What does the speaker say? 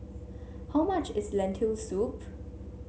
how much is Lentil Soup